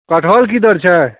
कटहर की दर छै